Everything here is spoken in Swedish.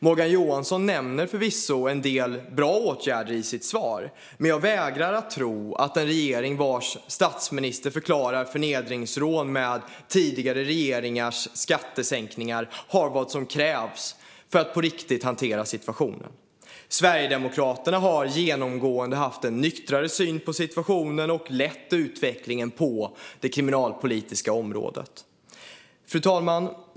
Morgan Johansson nämner förvisso en del bra åtgärder i sitt svar, men jag vägrar att tro att en regering vars statsminister förklarar förnedringsrån med tidigare regeringars skattesänkningar har vad som krävs för att på riktigt hantera situationen. Sverigedemokraterna har genomgående haft en nyktrare syn på situationen och lett utvecklingen på det kriminalpolitiska området. Fru talman!